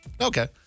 Okay